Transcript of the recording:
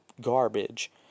garbage